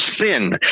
sin